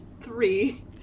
three